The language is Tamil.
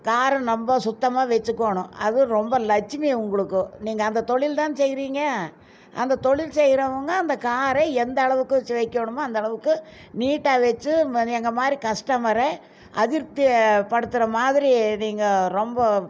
காரு நம்ம சுத்தமாக வெச்சிக்கணும் அதுவும் ரொம்ப லட்சுமி உங்களுக்கு நீங்கள் அந்த தொழில் தான் செய்கிறீங்க அந்த தொழில் செய்கிறவுங்க அந்த காரை எந்தளவுக்கு சே வைக்கணுமோ அந்தளவுக்கு நீட்டாக வச்சி மணி எங்களை மாதிரி கஸ்டமரை அதிருப்திப்படுத்துற மாதிரி நீங்கள் ரொம்ப